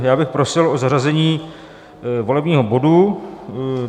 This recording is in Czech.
Já bych prosil o zařazení volebního bodu.